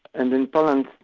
and in poland,